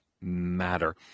Matter